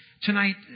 tonight